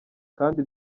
kandi